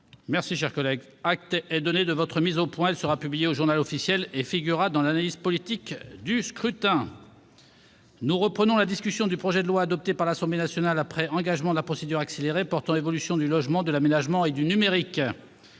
voter pour. Acte est donné de cette mise au point, ma chère collègue. Elle sera publiée au et figurera dans l'analyse politique du scrutin. Nous reprenons la discussion du projet de loi, adopté par l'Assemblée nationale après engagement de la procédure accélérée, portant évolution du logement, de l'aménagement et du numérique.